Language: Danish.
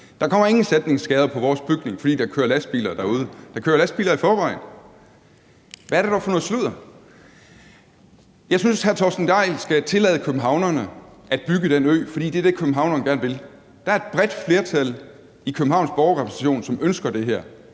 Der kommer ingen sætningsskader på vores bygning, fordi der kører lastbiler derude; der kører lastbiler i forvejen. Hvad er det dog for noget sludder? Jeg synes, hr. Torsten Gejl skal tillade københavnerne at bygge den ø, fordi det er det, københavnerne gerne vil. Der er et bredt flertal i Københavns Borgerrepræsentation, som ønsker det her.